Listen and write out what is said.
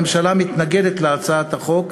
הממשלה מתנגדת להצעת החוק,